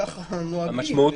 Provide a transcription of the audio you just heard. ככה נוהגים.